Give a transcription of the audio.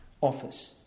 office